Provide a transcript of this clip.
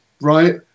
right